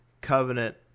covenant